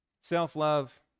Self-love